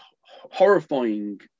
horrifying